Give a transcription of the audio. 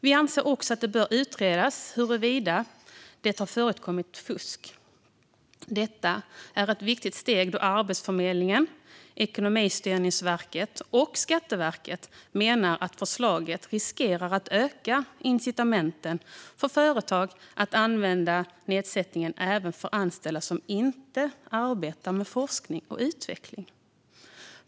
Vi anser också att det bör utredas huruvida det har förekommit fusk. Detta är ett viktigt steg då Arbetsförmedlingen, Ekonomistyrningsverket och Skatteverket menar att förslaget riskerar att öka incitamenten för företag att använda nedsättningen även för anställda som inte arbetar med forskning och utveckling.